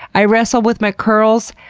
i wrestle with my curls,